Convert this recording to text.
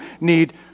need